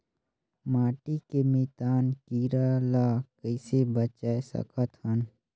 माटी के मितान कीरा ल कइसे बचाय सकत हन?